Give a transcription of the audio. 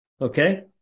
okay